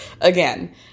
again